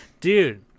Dude